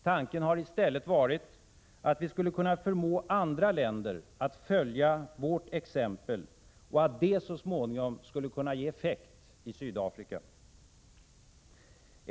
Tanken har istället varit att vi skulle kunna förmå andra länder att följa vårt exempel och att det så småningom skulle kunna ge effekt i Sydafrika.